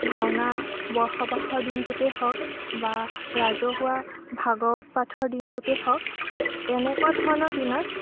ভাওনা বৰসভাৰ দিনটোতেই হওক বা ৰাজহুৱা ভাগৱত পাঠৰ দিনটোতে হওক এনেকুৱা ধৰণৰ দিনত